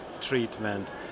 treatment